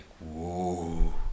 whoa